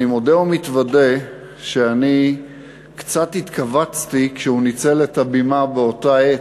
אני מודה ומתוודה שאני קצת התכווצתי כשהוא ניצל את הבימה באותה העת,